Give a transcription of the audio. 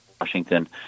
Washington